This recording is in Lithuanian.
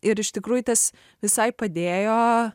ir iš tikrųjų tas visai padėjo